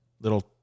little